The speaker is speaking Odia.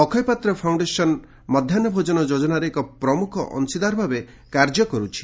ଅକ୍ଷୟପାତ୍ର ଫାଉଶ୍ଡେସନ ମଧ୍ୟାହୁ ଭୋଜନ ଯୋଜନାରେ ଏକ ପ୍ରମୁଖ ଅଂଶୀଦାରଭାବେ କାର୍ଯ୍ୟ କରୁଛି